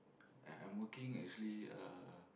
I am working actually uh